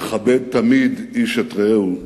נכבד תמיד איש את רעהו,